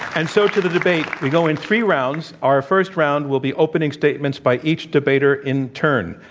and so, to the debate, we go in three rounds. our first round will be opening statements by each debater in turn.